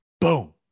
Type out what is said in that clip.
boom